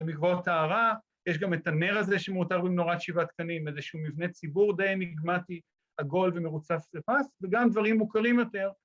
‫במקוואות טהרה, יש גם את הנר הזה ‫שמעוטר במנורת שבעת קנים, ‫איזשהו מבנה ציבור די אניגמטי, ‫עגול ומרוצף פסיפס, ‫וגם דברים מוכרים יותר.